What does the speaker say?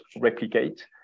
replicate